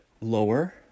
lower